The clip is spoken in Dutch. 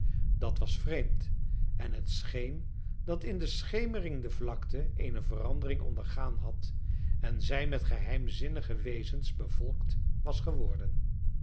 dat was vreemd en het scheen dat in de schemering de vlakte eene verandering ondergaan had en zij met geheimzinnige wezens bevolkt was geworden